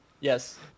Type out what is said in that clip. Yes